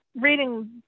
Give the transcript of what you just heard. reading